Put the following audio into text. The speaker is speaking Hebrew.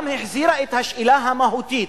היא גם החזירה את השאלה המהותית,